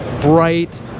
bright